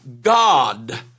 God